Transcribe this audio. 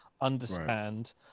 understand